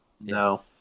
No